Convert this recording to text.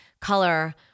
color